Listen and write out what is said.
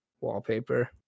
wallpaper